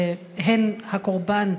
שהן הקורבן,